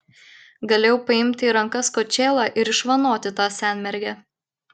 galėjau paimti į rankas kočėlą ir išvanoti tą senmergę